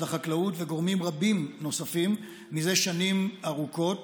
החקלאות וגורמים רבים נוספים זה שנים ארוכות.